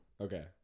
Okay